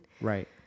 Right